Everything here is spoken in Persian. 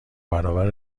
برابر